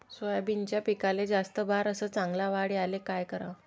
सोयाबीनच्या पिकाले जास्त बार अस चांगल्या वाढ यायले का कराव?